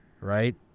right